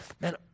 man